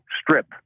strip